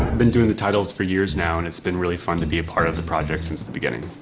been doing the titles for years now, and it's been really fun to be a part of the project since the beginning.